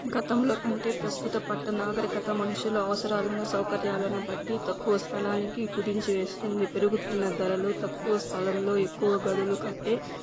గతంలో కంటే ప్రస్తుత పట్టణ నాగరికత మనుషుల అవసరాలను సౌకర్యాలను బట్టి తక్కువ స్థలానికి కుదించివేస్తుంది పెరుగుతున్న ధరలు తక్కువ స్థలంలో ఎక్కువ గదులు కట్టే